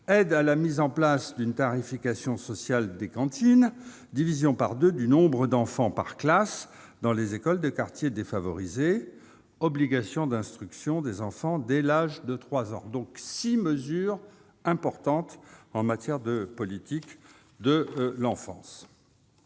aide à la mise en place d'une tarification sociale des cantines ; division par deux du nombre d'enfants par classe dans les écoles de quartiers défavorisés ; obligation d'instruction des enfants dès l'âge de 3 ans. Il s'agit là de six mesures importantes en matière de politique de l'enfance.